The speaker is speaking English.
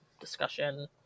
discussion